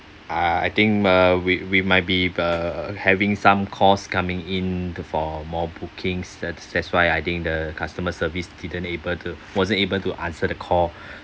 uh I think uh we we might be uh having some calls coming in the for more bookings uh that's why I think the customer service didn't able to wasn't able to answer the call